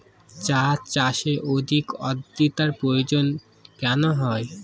চা চাষে অধিক আদ্রর্তার প্রয়োজন কেন হয়?